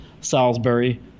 Salisbury